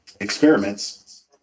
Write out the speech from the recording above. experiments